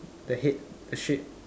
the head the shape